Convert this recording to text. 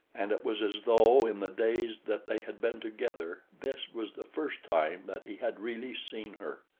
and it was as though in the days that they had been together this was the first time that he had really seen her.